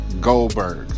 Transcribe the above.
Goldberg